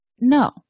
No